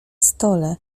stole